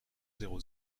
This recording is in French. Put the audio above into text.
zéro